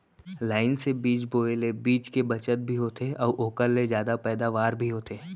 line से बीज बोए ले बीच के बचत भी होथे अउ ओकर ले जादा पैदावार भी होथे